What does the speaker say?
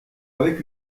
avec